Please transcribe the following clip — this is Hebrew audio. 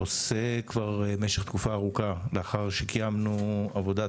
עושה כבר במשך תקופה ארוכה לאחר שקיימנו עבודת